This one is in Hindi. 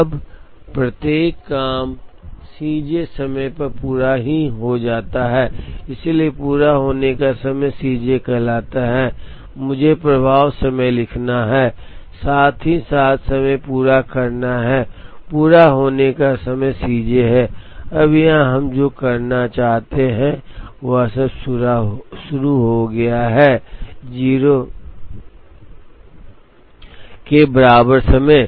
अब प्रत्येक काम C j समय पर पूरा हो जाता है इसलिए पूरा होने का समय C j कहलाता है मुझे प्रवाह समय लिखना है साथ ही साथ समय पूरा करना पूरा होने का समय C j है अब यहाँ हम जो करना चाहते हैं वह सब शुरू हो गया है 0 के बराबर समय